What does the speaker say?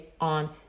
on